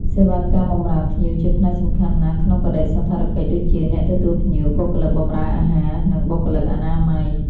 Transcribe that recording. សេវាកម្មបម្រើភ្ញៀវជាផ្នែកសំខាន់ណាស់ក្នុងបដិសណ្ឋារកិច្ច ដូចជា អ្នកទទួលភ្ញៀវ បុគ្គលិកបម្រើអាហារ និងបុគ្គលិកអនាម័យ។